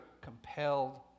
compelled